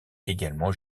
également